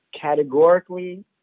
categorically